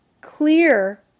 clear